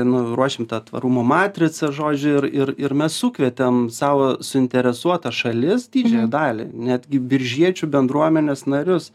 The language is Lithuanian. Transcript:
nu ruošėm tą tvarumo matricą žodžiu ir ir ir mes sukvietėm sau suinteresuotas šalis didžiąją dalį netgi biržiečių bendruomenės narius